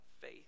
faith